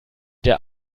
der